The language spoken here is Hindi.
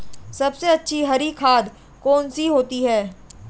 सबसे अच्छी हरी खाद कौन सी होती है?